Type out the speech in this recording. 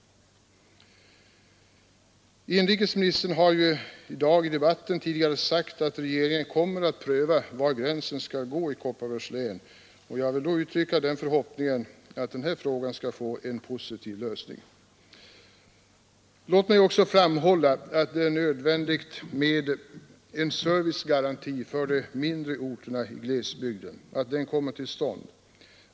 Inrikesministern har i debatten i dag sagt att regeringen kommer att pröva var gränsen skall gå i Kopparbergs län. Jag vill då uttrycka den förhoppningen att frågan därigenom skall få en positiv lösning. Låt mig också framhålla att det är nödvändigt att en servicegaranti kommer till stånd för de mindre orterna i glesbygden.